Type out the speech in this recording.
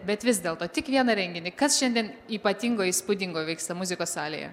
bet vis dėlto tik vieną renginį kas šiandien ypatingo įspūdingo vyksta muzikos salėje